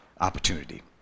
opportunity